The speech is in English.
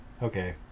Okay